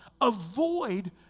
avoid